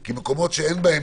כי מקומות שאין בהם